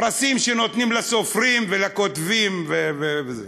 פרסים שנותנים לסופרים ולכותבים וכו'.